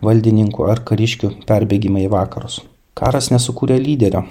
valdininkų ar kariškių perbėgimą į vakarus karas nesukūrė lyderio